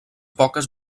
poques